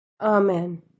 Amen